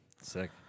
Sick